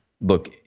look